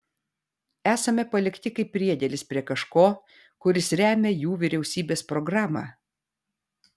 esame palikti kaip priedėlis prie kažko kuris remią jų vyriausybės programą